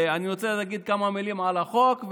אני רוצה להגיד כמה מילים על החוק,